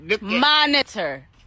monitor